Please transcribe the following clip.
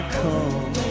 come